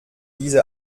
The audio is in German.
diese